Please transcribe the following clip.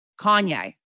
Kanye